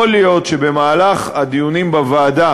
יכול להיות שבמהלך הדיונים בוועדה